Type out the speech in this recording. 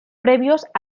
previos